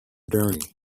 journey